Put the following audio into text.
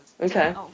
Okay